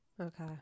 okay